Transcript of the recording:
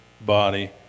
body